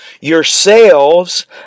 yourselves